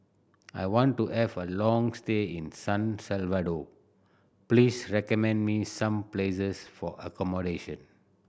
I want to have a long stay in San Salvador please recommend me some places for accommodation